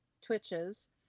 twitches